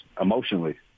emotionally